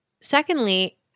secondly